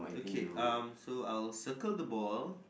okay um so I'll circle the ball